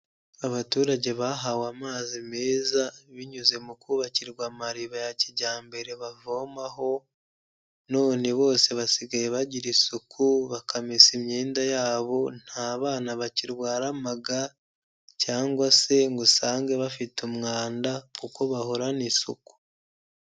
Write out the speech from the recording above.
Abaturage bahawe amazi meza binyuze mu kubakirwa amariba ya kijyambere bavomaho, none bose basigaye bagira isuku, bakamesa imyenda yabo, nta bana bakirwara amaga cyangwa se ngo usange bafite umwanda kuko bahorana isuku.